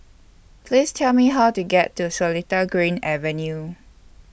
Please Tell Me How to get to Seletar Green Avenue